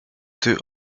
two